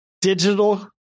digital